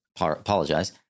apologize